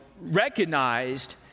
recognized